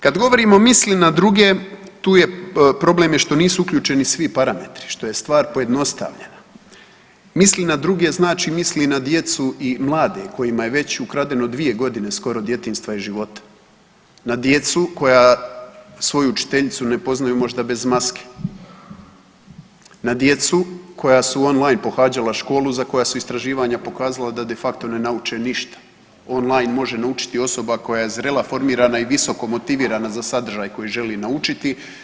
Kad govorimo misli na druge tu je problem je što nisu uključeni svi parametri, što je stvar pojednostavljena, misli na druge znači misli na djecu i mlade kojima je već ukradeno dvije godine skoro djetinjstva i života, na djecu koja svoju učiteljicu ne poznaju možda bez maske, na djecu koja su on line pohađala školu za koja su istraživanja pokazala da de facto ne nauče ništa online može naučiti osoba koja je zrela, formirana i visoko motivirana za sadržaj koji želi naučiti.